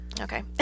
Okay